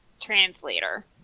translator